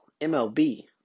MLB